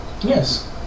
Yes